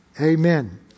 amen